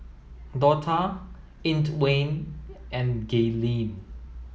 Dortha Antwain and Gaylene